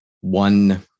one